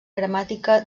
gramàtica